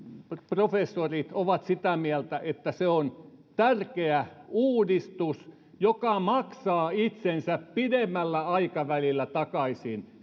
professorit ovat sitä mieltä että se on tärkeä uudistus joka maksaa itsensä pidemmällä aikavälillä takaisin